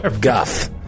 guff